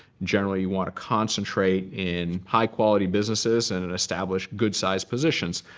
generally, you want to concentrate in high quality businesses and and establish good-size positions.